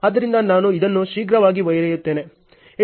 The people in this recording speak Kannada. ಆದ್ದರಿಂದ ನಾನು ಇದನ್ನು ಶೀಘ್ರವಾಗಿ ಬರೆಯುತ್ತೇನೆ